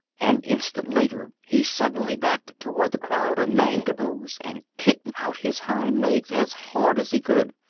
an instant later he suddenly backed toward the crowd of mangaboos and kicked out his hind legs as hard as he could.